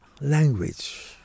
Language